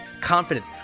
confidence